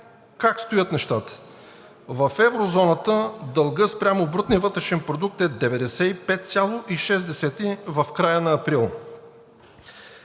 Как стоят нещата? В Еврозоната дългът спрямо брутния вътрешен продукт е 95,6 в края на април.